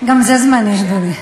גם זה זמני, אדוני.